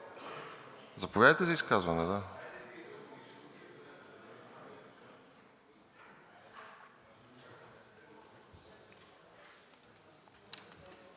Заповядайте за изказване. Ще